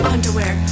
Underwear